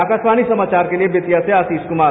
आकाशवाणी समाचार के लिये बेतिया से आशीष कुमार